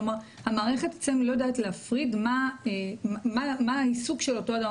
כלומר בעצם לא יודעת להפריד מה העיסוק של אותו אדם,